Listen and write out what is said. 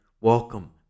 welcome